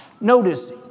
Notice